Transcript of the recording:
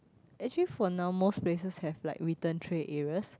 actually for now most places have like return tray areas